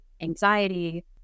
anxiety